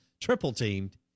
triple-teamed